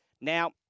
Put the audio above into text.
Now